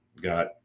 got